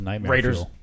Raiders